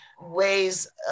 ways